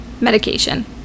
medication